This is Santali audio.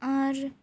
ᱟᱨ